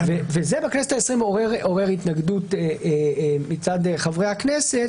וזה בכנסת העשרים עורר התנגדות מצד חברי הכנסת.